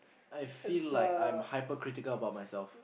I feel like I am hypocritical about myself